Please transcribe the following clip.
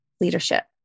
leadership